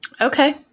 Okay